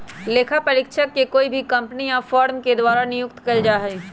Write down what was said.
लेखा परीक्षक के कोई भी कम्पनी या फर्म के द्वारा नियुक्त कइल जा हई